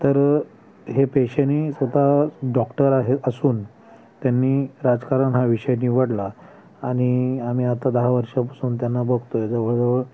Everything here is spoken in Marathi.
तर हे पेशाने स्वत डॉक्टर आहेत असून त्यांनी राजकारण हा विषय निवडला आणि आम्ही आता दहा वर्षापासून त्यांना बघतोय जवळजवळ